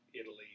Italy